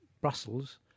Brussels